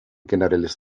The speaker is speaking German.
generelles